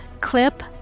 clip